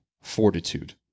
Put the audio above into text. fortitude